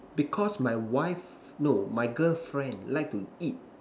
because my wife no my girlfriend like to eat